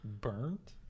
Burnt